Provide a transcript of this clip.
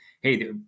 hey